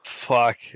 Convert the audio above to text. fuck